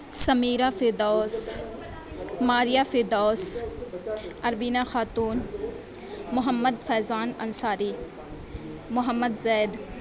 Sameera Firdaus Maria Firdaus Arbina Khatoon Mohammad Faizan Ansari Mohammad Zaid